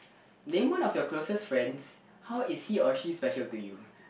name one of your closest friends how is he or she special to you